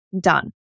done